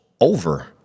over-